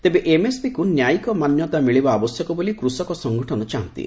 ତେବେ ଏମ୍ଏସ୍ପିକୁ ନ୍ୟୟିକ ମାନ୍ୟତା ମିଳିବା ଆବଶ୍ୟକ ବୋଲି କୃଷକ ସଂଗଠନ ଚାହାନ୍ତି